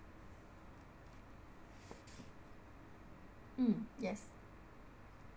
mm yes